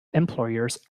employers